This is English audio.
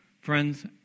Friends